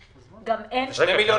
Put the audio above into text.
מיליון, שישה מיליון שקלים.